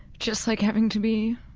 just, like, having to be